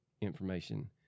information